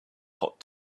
hot